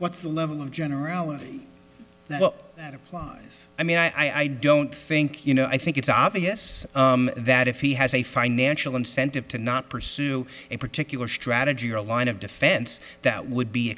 what's the level of generality that applies i mean i don't think you know i think it's obvious that if he has a financial incentive to not pursue a particular strategy or a line of defense that would be